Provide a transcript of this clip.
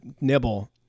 nibble